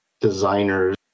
designers